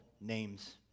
names